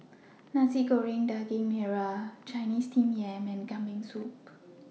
Nasi Goreng Daging Merah Chinese Steamed Yam and Kambing Soup